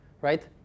right